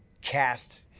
cast